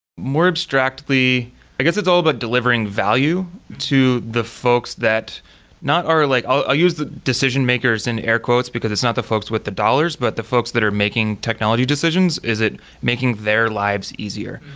more abstractly i guess, it's all about delivering value to the folks that not are like i'll i'll use the decision-makers in air quotes, because it's not the folks with the dollars, but the folks that are making technology decisions. is it making their lives easier?